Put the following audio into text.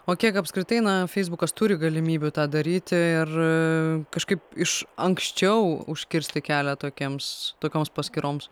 o kiek apskritai na feisbukas turi galimybių tą daryti ir kažkaip iš anksčiau užkirsti kelią tokiems tokioms paskyroms